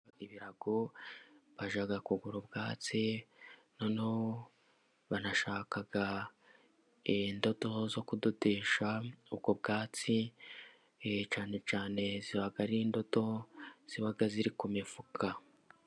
Ibirago bajya kugura ubwatsi, noneho banashaka indodo zo kudodesha ubwo bwatsi, cyane cyane ziba ari indodo ziba ziri ku mifuka.